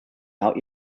out